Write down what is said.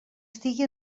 estigui